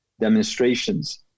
demonstrations